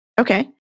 Okay